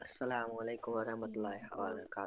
اَسلام علیکُم وَرحمتہ اللہ وَبَرکاتُہہ